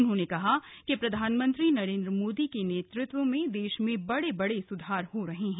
उन्होंने कहा कि प्रधानमंत्री नरेन्द्र मोदी के नेतृत्व में देश में बड़े बड़े स्धार हो रहे हैं